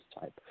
type